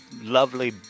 lovely